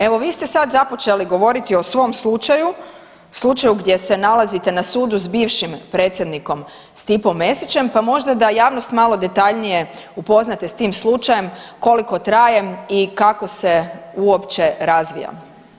Evo vi ste sad započeli govoriti o svom slučaju, slučaju gdje se nalazite na sudu sa bivšim Predsjednik Stipom Mesićem, pa možda da javnost malo detaljnije upoznate s tim slučajem koliko traje i kako se uopće razvija.